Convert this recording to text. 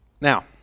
Now